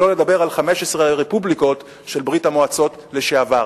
שלא לדבר על 15 הרפובליקות של ברית-המועצות לשעבר.